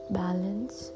balance